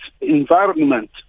environment